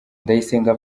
ndayisenga